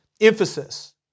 emphasis